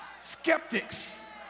skeptics